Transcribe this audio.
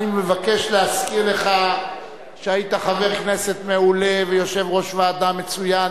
אני מבקש להזכיר לך שהיית חבר כנסת מעולה ויושב-ראש ועדה מצוין.